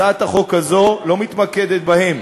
הצעת החוק הזאת לא מתמקדת בהם.